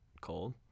cold